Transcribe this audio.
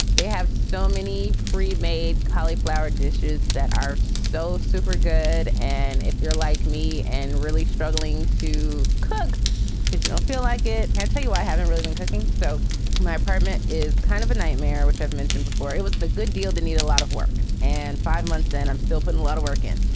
they have so many pre-made cauliflower dishes that are so super good. and if you're like me and really struggling to cook because you don't feel like it can tell you i haven't really been cooking. so my apartment is kind of a nightmare, which i've mentioned before. it was the good deal. they need a lot of work and five months and i'm still putting a lot of work in.